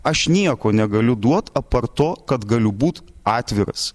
aš nieko negaliu duot apart to kad galiu būt atviras